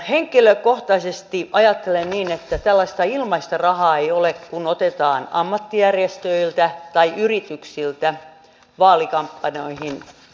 henkilökohtaisesti ajattelen niin että tällaista ilmaista rahaa ei ole kun otetaan ammattijärjestöiltä tai yrityksiltä vaalikampanjoihin rahaa